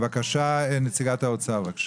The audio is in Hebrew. נציגת האוצר, בבקשה.